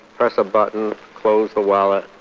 press a button, close the wallet,